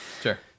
Sure